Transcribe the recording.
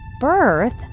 birth